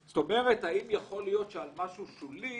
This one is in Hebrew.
האם יכול להיות שעל משהו שולי